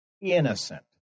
innocent